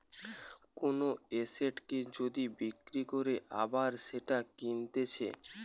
কোন এসেটকে যদি বিক্রি করে আবার সেটা কিনতেছে